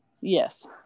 Yes